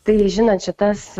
tai žinant šitas